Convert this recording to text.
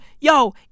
yo